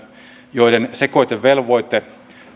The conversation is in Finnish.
joiden sekoitevelvoite